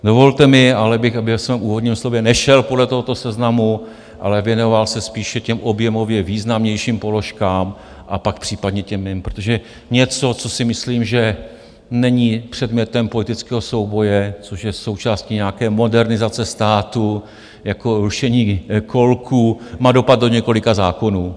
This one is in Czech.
Dovolte mi, abych ve svém úvodním slově nešel podle tohoto seznamu, ale věnoval se spíše těm objemově významnějším položkám a pak případně těm jiným, protože něco, co si myslím, že není předmětem politického souboje, což je součást nějaké modernizace státu, jako rušení kolků, má dopad do několika zákonů.